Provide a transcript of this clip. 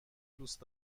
دوست